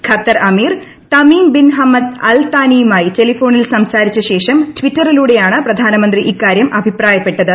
Qatar അമീർ Tamim bin Hamad al താനിയുമായി ടെലിഫോണിൽ സംസാരിച്ച ശേഷം ട്വിറ്ററിലൂടെയാണ് പ്രധാനമന്ത്രി ഇക്കാരൃം അഭിപ്രായപ്പെട്ടത്